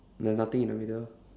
no nothing in the middle